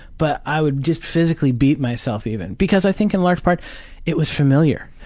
but i would just physically beat myself even. because i think in large part it was familiar.